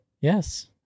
Yes